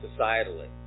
societally